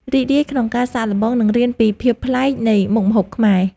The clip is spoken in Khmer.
រីករាយក្នុងការសាកល្បង និងរៀនពីភាពប្លែកនៃមុខម្ហូបខ្មែរ។